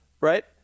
right